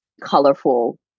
colorful